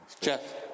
Jeff